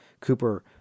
Cooper